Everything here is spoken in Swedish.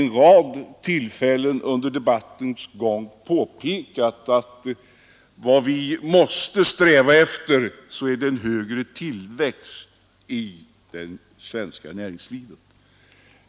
Flera talare har under debattens gång påpekat att vad vi måste sträva efter är en högre tillväxttakt.